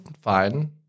fine